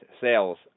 sales